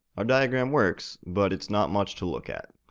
our diagram works, but it's not much to look at.